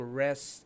rest